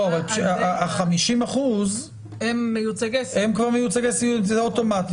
לא, אבל ה-50% הם כבר מיוצגי סיוע, זה אוטומטית.